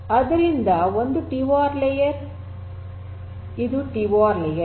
ಆದ್ದರಿಂದ ಇದು TOR layer